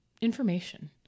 information